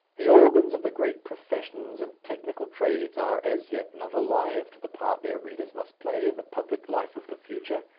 the organs of the great professions and technical trades are as yet not alive to the part their readers must play in the public life of the future,